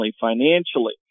financially